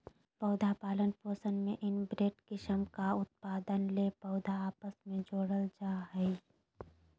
पौधा पालन पोषण में इनब्रेड किस्म का उत्पादन ले पौधा आपस मे जोड़ल जा हइ